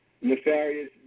nefarious